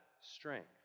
strength